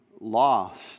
lost